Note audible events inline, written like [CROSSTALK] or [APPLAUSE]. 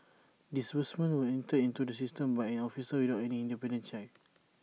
disbursements were entered into the system by an officer without any independent checks [NOISE]